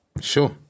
Sure